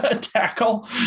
tackle